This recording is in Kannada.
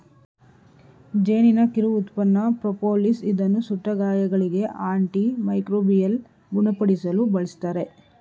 ಜೇನಿನ ಕಿರು ಉತ್ಪನ್ನ ಪ್ರೋಪೋಲಿಸ್ ಇದನ್ನು ಸುಟ್ಟ ಗಾಯಗಳಿಗೆ, ಆಂಟಿ ಮೈಕ್ರೋಬಿಯಲ್ ಗುಣಪಡಿಸಲು ಬಳ್ಸತ್ತರೆ